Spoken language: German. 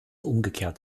umgekehrt